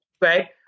right